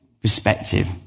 perspective